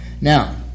Now